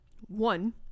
one